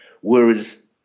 Whereas